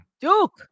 Duke